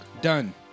done